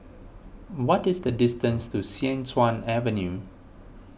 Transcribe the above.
what is the distance to Sian Tuan Avenue